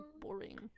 boring